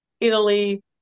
Italy